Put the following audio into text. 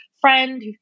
friend